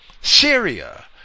Syria